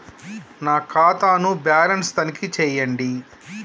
నా ఖాతా ను బ్యాలన్స్ తనిఖీ చేయండి?